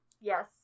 yes